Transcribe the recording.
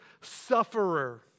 sufferer